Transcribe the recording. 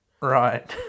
Right